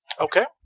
Okay